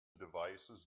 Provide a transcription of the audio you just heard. devices